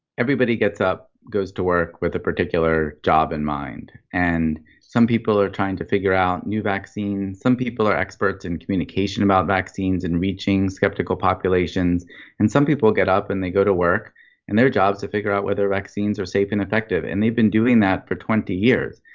everybody gets up and goes to work with a particular job in mind. and some people are trying to figure out new vaccines, some people are experts in communications about vaccines and reaching skeptical populations and some people get up and they go to work and their job is to figure out whether vaccines are safe and effective. and they've been doing that for twenty years.